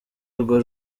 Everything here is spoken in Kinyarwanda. urwo